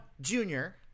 Junior